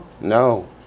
No